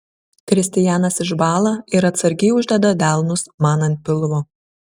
kristijanas išbąla ir atsargiai uždeda delnus man ant pilvo